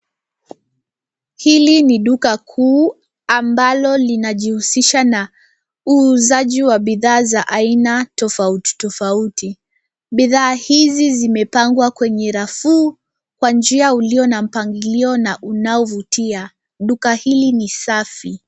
Hili ni duka kuu ambalo linajihusisha na uuzaji wa bidhaa za aina tofauti tofauti ,bidhaa hizi zimepagwa kwenye rafu kwa njia uliiyo na mpangilio na unaovutia. Duka hili ni safi.